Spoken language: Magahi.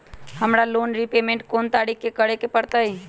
हमरा लोन रीपेमेंट कोन तारीख के करे के परतई?